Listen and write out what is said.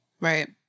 Right